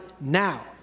now